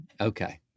Okay